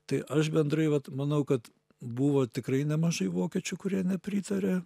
tai aš bendrai vat manau kad buvo tikrai nemažai vokiečių kurie nepritarė